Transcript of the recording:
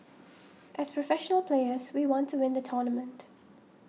as professional players we want to win the tournament